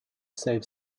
save